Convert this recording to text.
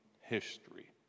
history